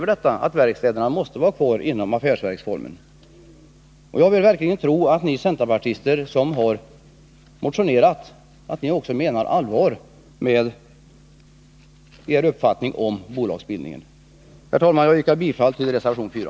Men detta kräver att verkstäderna är kvar inom affärsverksamhetsformen. Jag vill verkligen tro att ni centerpartister som har motionerat också menar allvar med er uppfattning om bolagsbildningen. Herr talman! Jag yrkar bifall till res rvation 4.